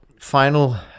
final